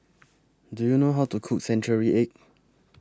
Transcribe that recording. Do YOU know How to Cook Century Egg